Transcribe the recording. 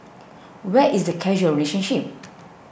where is the causal relationship